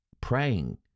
praying